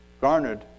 garnered